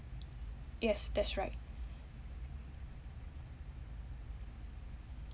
yes that's right